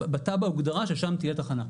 בתב"ע הוגדרה ששם תהיה תחנה.